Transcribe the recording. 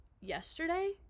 yesterday